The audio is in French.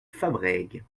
fabrègues